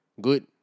Good